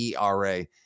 ERA